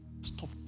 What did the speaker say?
Stop